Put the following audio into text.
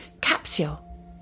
capsule